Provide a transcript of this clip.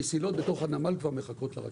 המסילות בתוך הנמל כבר מחכות לרכבת.